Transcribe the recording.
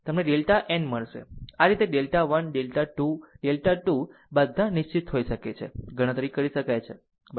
તમને delta n મળશે આ રીતે ડેલ્ટા 1 ડેલ્ટા 2 ડેલ્ટા 2 બધા નિશ્ચિત હોઈ શકે છે ગણતરી કરી શકાય છે બરાબર